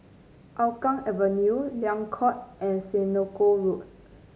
Hougang Avenue Liang Court and Senoko Road